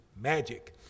magic